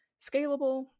scalable